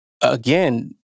Again